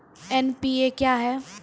NPA क्या हैं?